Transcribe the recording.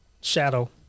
shadow